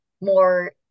more